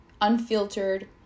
unfiltered